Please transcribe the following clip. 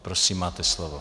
Prosím, máte slovo.